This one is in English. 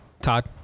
Todd